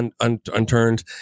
unturned